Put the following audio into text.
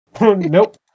Nope